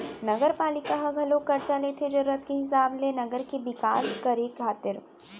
नगरपालिका ह घलोक करजा लेथे जरुरत के हिसाब ले नगर के बिकास करे खातिर